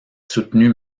soutenu